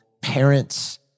parents